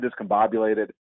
discombobulated